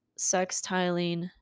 sextiling